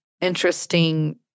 interesting